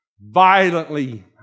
violently